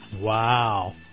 Wow